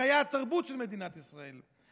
מחיי התרבות של מדינת ישראל.